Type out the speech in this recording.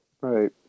Right